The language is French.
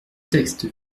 texte